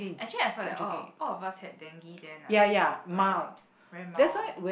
actually I felt that all all of us had dengue then ah right very mild